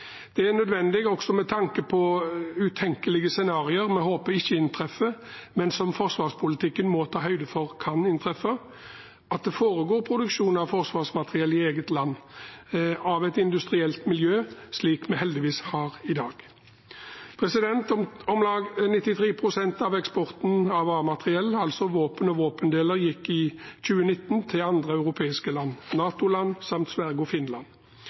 Det er nødvendig, også med tanke på utenkelige scenarioer vi håper ikke inntreffer, men som forsvarspolitikken må ta høyde for kan inntreffe, at det foregår produksjon av forsvarsmateriell i eget land av et industrielt miljø slik vi heldigvis har i dag. Om lag 93 pst. av eksporten av A-materiell, altså våpen og våpendeler, gikk i 2019 til andre europeiske land, NATO-land, samt Sverige og Finland.